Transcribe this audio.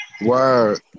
Word